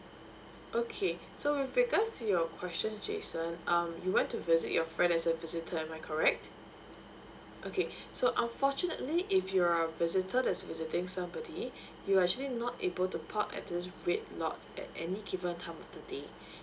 okay so with regards to your question jason um you went to visit your friend as a visitor am I correct okay so unfortunately if you are a visitor that's visiting somebody you actually not able to park at this rate lot at any given time of the day